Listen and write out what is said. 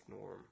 Norm